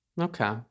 Okay